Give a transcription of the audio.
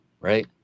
right